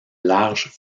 larges